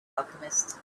alchemist